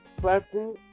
slapping